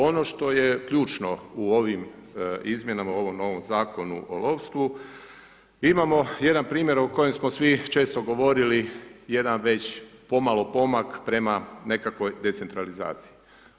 Ono što je ključno u ovim izmjenama u ovom novom Zakonu o lovstvu, imamo jedan primjer u kojem smo vi često govorili, jedan već pomalo pomak prema decentralizaciji.